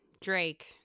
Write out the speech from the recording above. Drake